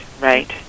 right